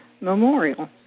Memorial